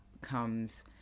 comes